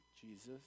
Jesus